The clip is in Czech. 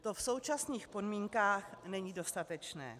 To v současných podmínkách není dostatečné.